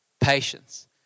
patience